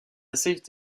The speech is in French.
cette